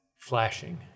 flashing